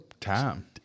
Time